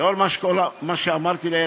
בשל האמור לעיל,